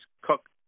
Cook